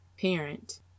parent